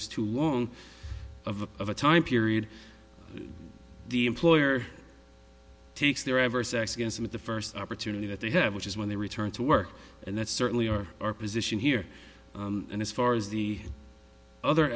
was too long of a time period the employer takes their ever sex against him at the first opportunity that they have which is when they return to work and that's certainly our our position here and as far as the other